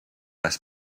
less